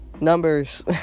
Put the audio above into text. numbers